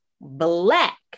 Black